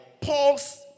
Paul's